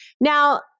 Now